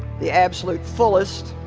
the absolute fullest